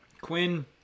Quinn